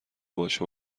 باشه